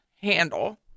handle